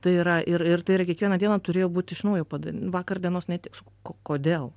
tai yra ir ir tai yra kiekvieną dieną turėjo būt iš naujo pad vakardienos netiks kodėl